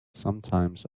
sometimes